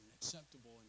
acceptable